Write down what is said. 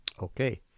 Okay